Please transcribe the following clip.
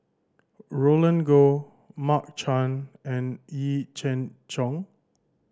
Roland Goh Mark Chan and Yee Jenn Jong